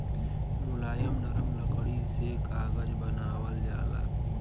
मुलायम नरम लकड़ी से कागज बनावल जाला